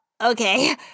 Okay